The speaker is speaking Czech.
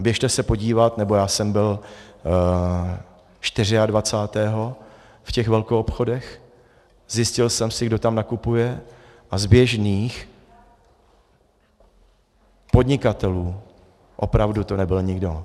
Běžte se podívat, nebo já jsem byl čtyřiadvacátého v těch velkoobchodech, zjistil jsem si, kdo tam nakupuje, a z běžných podnikatelů opravdu to nebyl nikdo.